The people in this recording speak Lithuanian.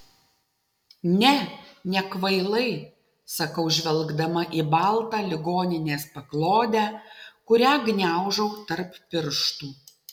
ne nekvailai sakau žvelgdama į baltą ligoninės paklodę kurią gniaužau tarp pirštų